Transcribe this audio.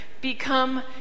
become